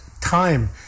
time